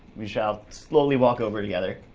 we shall slowly walk over together,